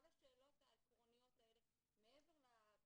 כל השאלות העקרוניות האלה, מעבר לבינוי,